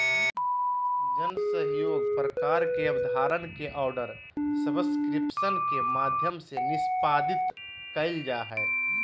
जन सहइोग प्रकार के अबधारणा के आर्डर सब्सक्रिप्शन के माध्यम से निष्पादित कइल जा हइ